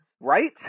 right